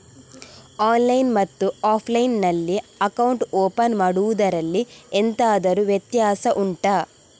online ಮತ್ತು offline ನಲ್ಲಿ account open ಮಾಡುವುದರಲ್ಲಿ ಎಂತಾದರು ವ್ಯತ್ಯಾಸ ಉಂಟಾ